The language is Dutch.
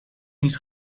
niet